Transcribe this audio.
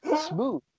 smooth